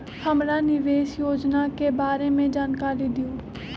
हमरा निवेस योजना के बारे में जानकारी दीउ?